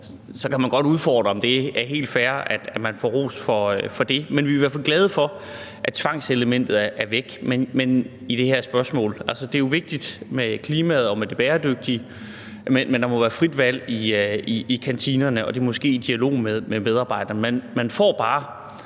så kan man godt udfordre det, i forhold til om det er helt fair, at man får ros for det. Men vi er i hvert fald glade for, at tvangselementet er væk i det her spørgsmål. Altså, det er jo vigtigt med klimaet og med det bæredygtige, men der må være frit valg i kantinerne, og det må ske i dialog med medarbejderne. Man får bare